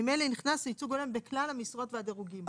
נכנס ייצוג הולם בכלל המשרות והדירוגים.